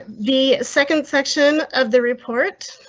ah the second section of the report,